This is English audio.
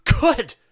Good